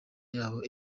yabo